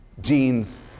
genes